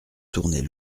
tournait